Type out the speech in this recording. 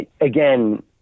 again